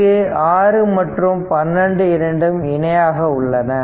இங்கு 6 மற்றும் 12 இரண்டும் இணையாக உள்ளன